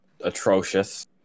atrocious